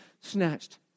snatched